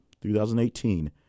2018